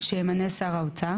שימנה שר האוצר,